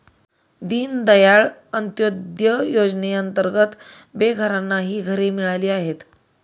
दीनदयाळ अंत्योदय योजनेअंतर्गत बेघरांनाही घरे मिळाली आहेत